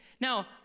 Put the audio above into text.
Now